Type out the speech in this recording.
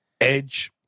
edge